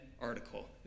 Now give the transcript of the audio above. article